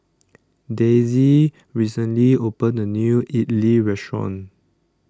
Dayse recently opened A New Idly Restaurant